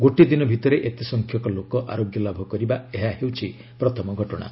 ଗୋଟିଏ ଦିନ ଭିତରେ ଏତେ ସଂଖ୍ୟକ ଲୋକ ଆରୋଗ୍ୟ ଲାଭ କରିବା ଏହା ହେଉଛି ପ୍ରଥମ ଘଟଣା